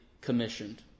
commissioned